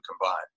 combined